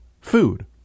food